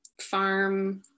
farm